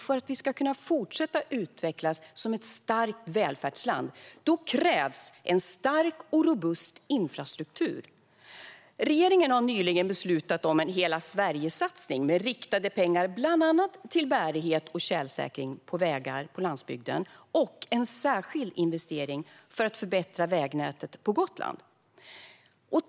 För att Sverige ska fortsätta att utvecklas som ett starkt välfärdsland krävs en stark och robust infrastruktur. Regeringen har nyligen beslutat om en Hela Sverige-satsning med riktade pengar till bland annat bärighet och tjälsäkring på vägar på landsbygden och en särskild investering för att förbättra vägnätet på Gotland.